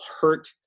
hurt